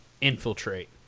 infiltrate